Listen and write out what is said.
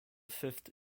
fifth